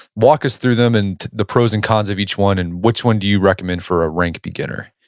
walk us through them, and the pros and cons of each one. and which one do you recommend for a rank beginner?